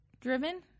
driven